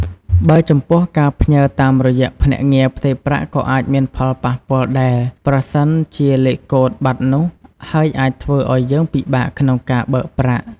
បើចំពោះការផ្ញើរតាមរយៈភ្នាក់ងារផ្ទេរប្រាក់ក៏អាចមានផលប៉ះពាល់ដែលប្រសិនជាលេខកូដបាត់នោះ ហើយអាចធ្វើឲ្យយើងពិបាកក្នុងការបើកប្រាក់។